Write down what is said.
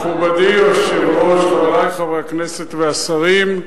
מכובדי היושב-ראש, חברי חברי הכנסת והשרים,